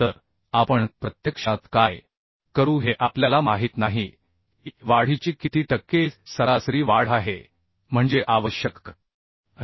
तर आपण प्रत्यक्षात काय करू हे आपल्याला माहित नाही की वाढीची किती टक्के सरासरी वाढ आहे म्हणजे आवश्यक आहे